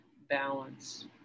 balance